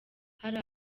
hari